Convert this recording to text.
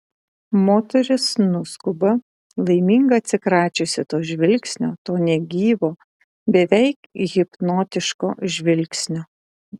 moteris nuskuba laiminga atsikračiusi to žvilgsnio to negyvo beveik hipnotiško žvilgsnio